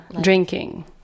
drinking